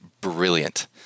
brilliant